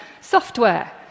software